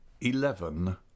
Eleven